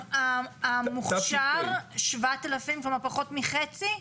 המוכש"ר 7000 כלומר פחות מחצי?